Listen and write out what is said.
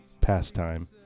pastime